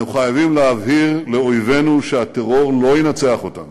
אנחנו חייבים להבהיר לאויבינו שהטרור לא ינצח אותנו